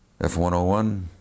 F-101